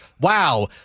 Wow